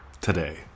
Today